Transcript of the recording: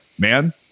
man